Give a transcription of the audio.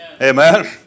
Amen